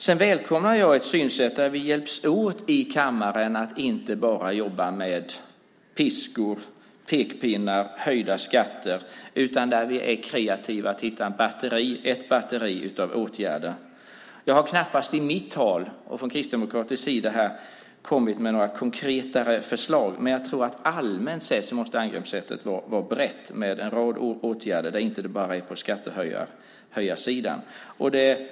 Jag välkomnar ett synsätt där vi hjälps åt i kammaren med att inte bara jobba med piskor, pekpinnar och höjda skatter utan där vi är kreativa och kan hitta ett batteri av åtgärder. Jag har knappast i mitt tal och från kristdemokratisk sida kommit med några mer konkreta förslag, men jag tror att allmänt sett måste angreppssättet vara brett med en rad åtgärder - inte bara på skattehöjarsidan.